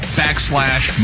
backslash